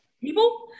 people